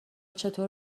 چطور